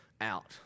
out